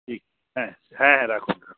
ঠিক হ্যাঁ হ্যাঁ হ্যাঁ রাখুন রাখুন